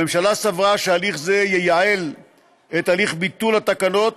הממשלה סברה שהליך זה יְיעל את הליך ביטול התקנות